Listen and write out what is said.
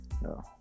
No